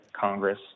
Congress